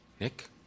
Nick